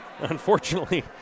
Unfortunately